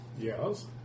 Yes